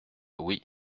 oui